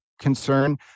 concern